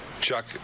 Chuck